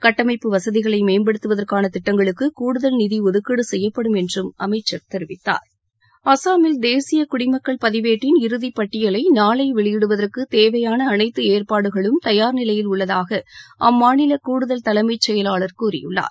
கட்டமைப்பு வசதிகளை மேம்படுத்துவதற்கான திட்டங்களுக்கு கூடுதல் நிதி ஒதுக்கீடு செய்யப்படும் என்றும் அமைச்சர் அசாமில் தேசிய குடிமக்கள் பதிவேட்டின் இறுதி பட்டியலை நாளை வெளியிடுவதற்கு தேவையாள அனைத்து ஏற்பாடுகளும் தயார் நிலையில் உள்ளதாக அம்மாநில கூடுதல் தலைமைச் செயலாளர் கூறியுள்ளார்